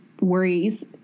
worries